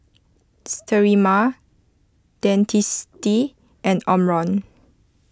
Sterimar Dentiste and Omron